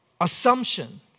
assumption